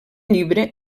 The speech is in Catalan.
llibre